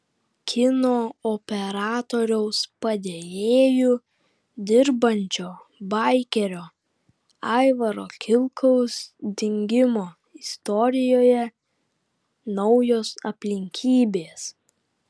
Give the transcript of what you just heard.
kino operatoriaus padėjėju dirbančio baikerio aivaro kilkaus dingimo istorijoje naujos aplinkybės